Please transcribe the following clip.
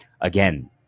again